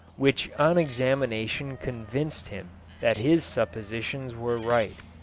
which on examination convinced him that his suppositions were right.